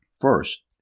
first